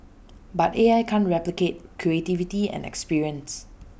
but A I can't replicate creativity and experience